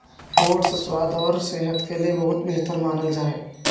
oats स्वाद और सेहत के लिए बहुत बेहतर मानल जा हई